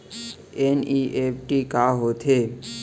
NEFT का होथे?